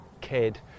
kid